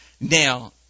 now